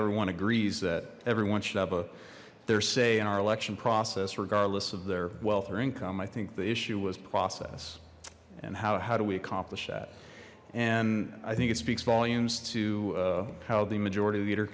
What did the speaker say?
everyone agrees that everyone should have a their say in our election process regardless of their wealth or income i think the issue was process and how do we accomplish that and i think it speaks volumes to how the majority leader